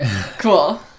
Cool